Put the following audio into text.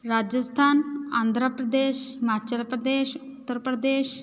Rajasthan Andhra Pradesh Himachal Pradesh Uttar Pradesh